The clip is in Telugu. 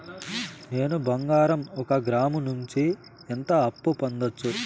నేను బంగారం ఒక గ్రాము నుంచి ఎంత అప్పు పొందొచ్చు